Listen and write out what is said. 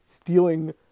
stealing